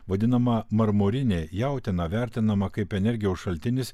vadinama marmurinė jautiena vertinama kaip energijos šaltinis